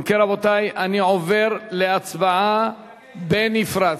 אם כן, רבותי, אני עובר להצבעה בנפרד.